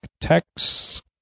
text